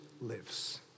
lives